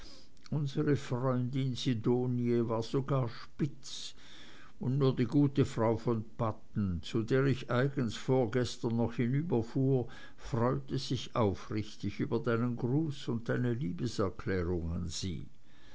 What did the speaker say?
unsere freundin sidonie war sogar spitz und nur die gute frau von padden zu der ich eigens vorgestern noch hinüberfuhr freute sich aufrichtig über deinen gruß und deine liebeserklärung an sie